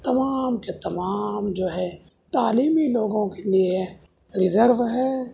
تمام کے تمام جو ہے تعلیمی لوگوں کے لیے ریزرو ہے